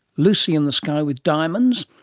lucy in the sky with diamonds?